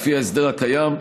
לפי ההסדר הקיים,